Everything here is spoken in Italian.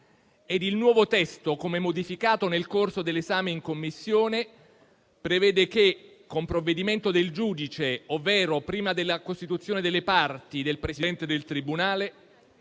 il nuovo testo, come modificato nel corso dell'esame in Commissione, prevede che, con provvedimento del giudice, ovvero prima della costituzione delle parti del Presidente del tribunale,